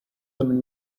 than